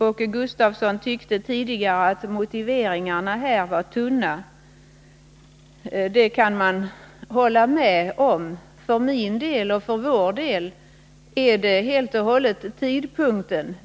Åke Gustavsson tyckte tidigare i debatten att motiveringarna i det avseendet var tunna. Det kan så vara, men det är för vår del tidpunkten som varit avgörande.